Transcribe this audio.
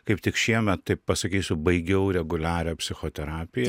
kaip tik šiemet taip pasakysiu baigiau reguliarią psichoterapiją